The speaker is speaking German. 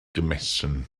gemessen